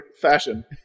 fashion